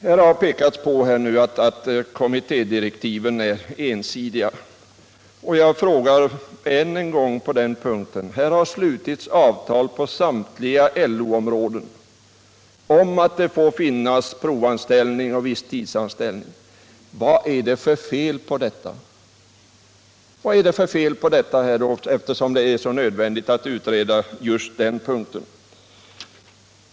Det har pekats på att kommittédirektiven är ensidiga, och jag vill på den punkten fråga än en gång: Det har slutits avtal på samtliga LO områden om att det får finnas provanställning och visstidsanställning. Vad är det för fel på detta eftersom det är så nödvändigt att utreda just det?